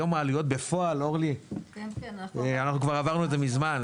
היום העלויות בפועל, אנחנו כבר עברנו את זה מזמן.